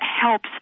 helps